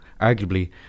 arguably